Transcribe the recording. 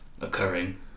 occurring